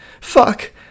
Fuck